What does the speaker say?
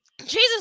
Jesus